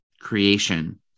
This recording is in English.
creation